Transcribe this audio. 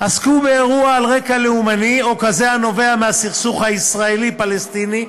עסקו באירוע על רקע לאומני או כזה הנובע מהסכסוך הישראלי פלסטיני,